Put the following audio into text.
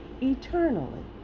eternally